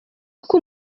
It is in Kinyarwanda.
uko